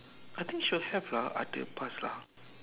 I think should have lah ada bas lah